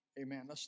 amen